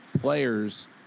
players